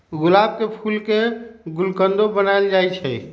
गुलाब के फूल के गुलकंदो बनाएल जाई छई